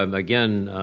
and again,